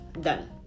done